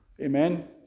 Amen